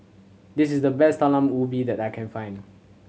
this is the best Talam Ubi that I can find